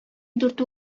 дүрт